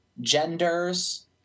genders